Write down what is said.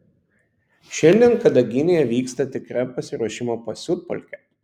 šiandien kadaginėje vyksta tikra pasiruošimo pasiutpolkė